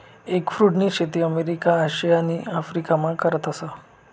एगफ्रुटनी शेती America, Asia आणि आफरीकामा करतस